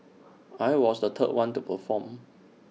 I was the third one to perform